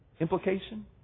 Implication